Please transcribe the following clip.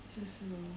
就是 lor